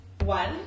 one